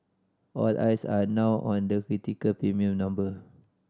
all eyes are now on that critical premium number